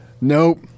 nope